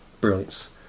Brilliance